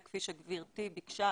וכפי שגברתי ביקשה,